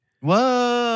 Whoa